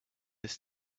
his